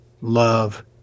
love